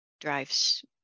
drives